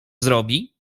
zrobi